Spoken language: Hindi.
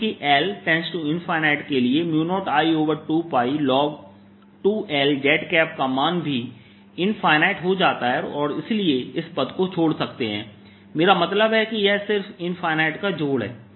क्योंकि L के लिए 0I2π ln 2Lz का मान भी इनफिनिटी हो जाता है और इसलिए इस पद को छोड़ सकते हैं मेरा मतलब है कि यह सिर्फ इनफिनिटी का जोड़ है